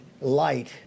light